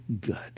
good